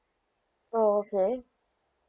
oh okay